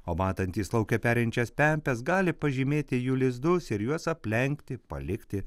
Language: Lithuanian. o matantys lauke perinčias pempes gali pažymėti jų lizdus ir juos aplenkti palikti